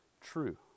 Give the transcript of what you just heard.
true